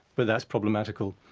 but that's problematical.